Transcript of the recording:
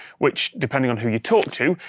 which, depending on who you talk to,